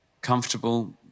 comfortable